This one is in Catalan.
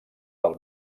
del